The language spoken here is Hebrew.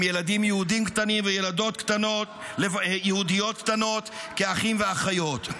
עם ילדים יהודים קטנים וילדות יהודיות קטנות כאחים ואחיות.